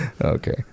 Okay